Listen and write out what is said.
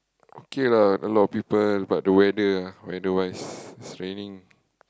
okay lah a lot of people but the weather weather wise it's raining